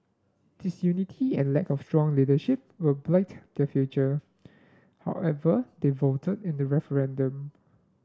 disunity and lack of strong leadership will blight their future however they voted in the referendum